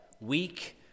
weak